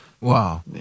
wow